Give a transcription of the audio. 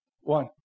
One